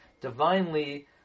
divinely